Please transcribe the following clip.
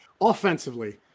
Offensively